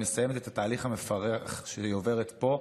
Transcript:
שמסיימת את התהליך המפרך שהיא עוברת פה,